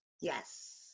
Yes